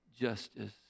justice